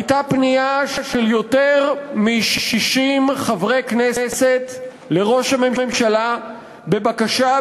הייתה פנייה של יותר מ-60 חברי כנסת לראש הממשלה בבקשה,